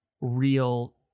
real